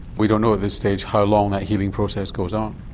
we don't know at this stage how long that healing process goes on?